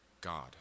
God